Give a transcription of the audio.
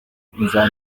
iperereza